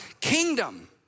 kingdom